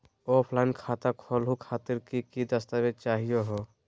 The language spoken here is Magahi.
ऑफलाइन खाता खोलहु खातिर की की दस्तावेज चाहीयो हो?